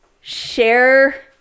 share